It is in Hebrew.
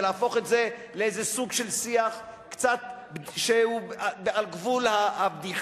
ולהפוך את זה לאיזה סוג של שיח שהוא קצת על גבול הבדיחה,